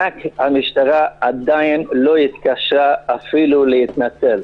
רק המשטרה עדיין לא התקשרה אפילו להתנצל.